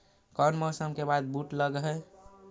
कोन मौसम के बाद बुट लग है?